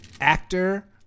actor